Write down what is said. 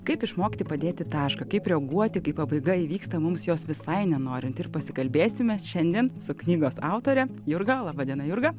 kaip išmokti padėti tašką kaip reaguoti kai pabaiga įvyksta mums jos visai nenorint ir pasikalbėsime šiandien su knygos autore jurga laba diena jurga